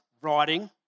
writing